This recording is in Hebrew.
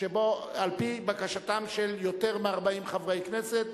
על-פי בקשתם של יותר מ-40 חברי כנסת,